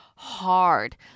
Hard